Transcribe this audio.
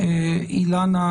ממשלתיים,